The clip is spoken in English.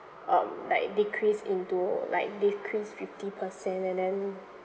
um like decrease into like decrease fifty percent and then